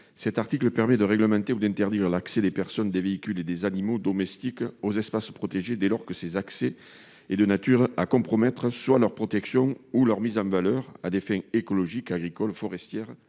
L'article 56 permet de réglementer ou d'interdire l'accès des personnes, des véhicules et des animaux domestiques aux espaces protégés dès lors que cet accès est de nature à compromettre soit leur protection ou leur mise en valeur à des fins écologiques, agricoles, forestières, esthétiques,